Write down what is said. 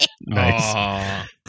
Nice